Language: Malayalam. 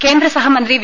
കേന്ദ്രസഹമന്ത്രി വി